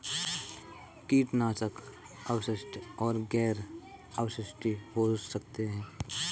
कीटनाशक अवशिष्ट और गैर अवशिष्ट हो सकते हैं